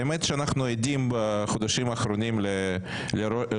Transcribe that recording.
האמת שאנחנו עדים בחודשים האחרונים לראש